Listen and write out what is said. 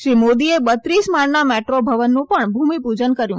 શ્રી મોદીએ બત્રીસ માળના મેટ્રો ભવનનું પણ ભુમીપુજન કર્યું